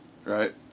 Right